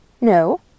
No